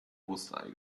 osterei